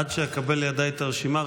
עד שאקבל לידי את הרשימה,